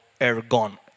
ergon